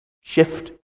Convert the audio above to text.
Shift